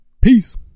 peace